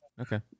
okay